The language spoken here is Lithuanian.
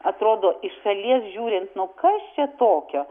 atrodo iš šalies žiūrint nuo kas čia tokio